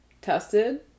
tested